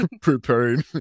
preparing